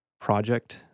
project